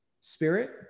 spirit